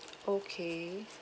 okay